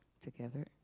Together